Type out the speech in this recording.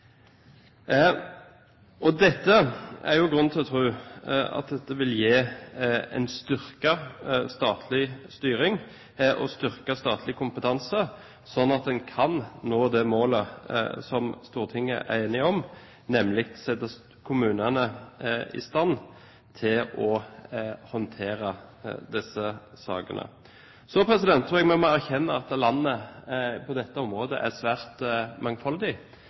er jo grunn til å tro at dette vil gi styrket statlig styring og styrket statlig kompetanse, slik at en kan nå det målet som Stortinget er enig om, nemlig å sette kommunene i stand til å håndtere disse sakene. Jeg tror vi må erkjenne at landet på dette området er svært mangfoldig.